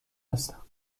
هستم